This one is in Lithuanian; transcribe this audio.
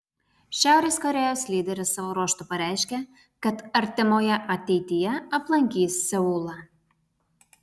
šiaurės korėjos lyderis savo ruožtu pareiškė kad artimoje ateityje aplankys seulą